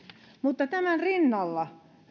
mutta tämän rinnalla